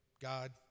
God